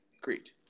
Great